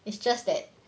it's just that